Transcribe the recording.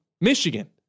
Michigan